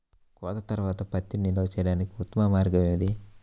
కోత తర్వాత పత్తిని నిల్వ చేయడానికి ఉత్తమ మార్గం ఏది?